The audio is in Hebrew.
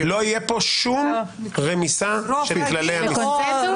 לא תהיה פה שום רמיסה של כללי המשחק.